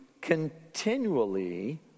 continually